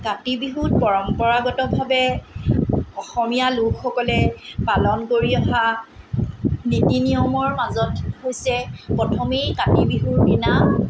কাতি বিহুত পৰম্পৰাগতভাৱে অসমীয়া লোকসকলে পালন কৰি অহা নীতি নিয়মৰ মাজত হৈছে প্ৰথমেই কাতি বিহুৰদিনা